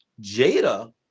jada